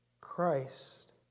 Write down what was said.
Christ